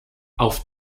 auf